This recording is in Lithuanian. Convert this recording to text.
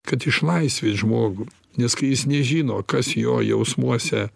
kad išlaisvit žmogų nes kai jis nežino kas jo jausmuose